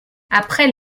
après